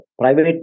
Private